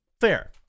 Fair